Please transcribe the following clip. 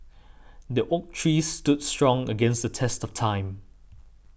the oak tree stood strong against the test of time